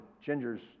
Ginger's